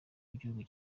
w’igihugu